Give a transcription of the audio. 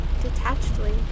detachedly